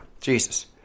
Jesus